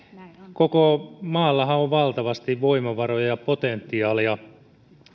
koko maallahan on valtavasti voimavaroja ja potentiaalia